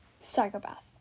Psychopath